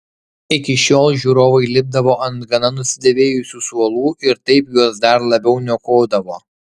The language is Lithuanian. iki šiol žiūrovai lipdavo ant gana nusidėvėjusių suolų ir taip juos dar labiau niokodavo